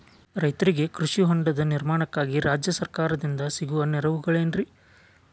ರೈತರಿಗೆ ಕೃಷಿ ಹೊಂಡದ ನಿರ್ಮಾಣಕ್ಕಾಗಿ ರಾಜ್ಯ ಸರ್ಕಾರದಿಂದ ಸಿಗುವ ನೆರವುಗಳೇನ್ರಿ?